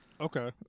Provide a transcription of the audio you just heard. Okay